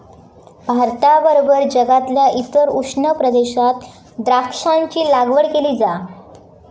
भारताबरोबर जगातल्या इतर उष्ण प्रदेशात द्राक्षांची लागवड केली जा